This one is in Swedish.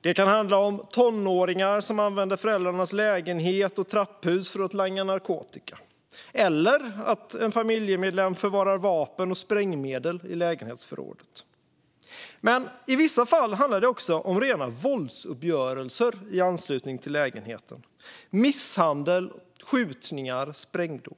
Det kan handla om tonåringar som använder föräldrarnas lägenhet och trapphus för att langa narkotika eller att en familjemedlem förvarar vapen och sprängmedel i lägenhetsförrådet. I vissa fall handlar det om rena våldsuppgörelser i anslutning till lägenheten, såsom misshandel, skjutningar och sprängdåd.